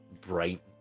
bright